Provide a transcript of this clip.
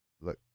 look